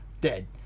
dead